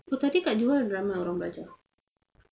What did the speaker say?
pathetic ke mana ramai orang belajar